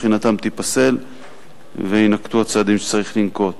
בחינתם תיפסל ויינקטו הצעדים שצריך לנקוט.